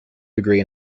degree